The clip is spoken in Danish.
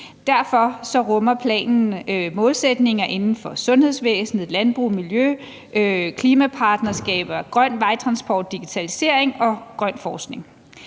Derfor rummer planen målsætninger inden for sundhedsvæsenet, landbrug, miljø, klimapartnerskaber og grøn vejtransport, digitalisering og grøn forskning.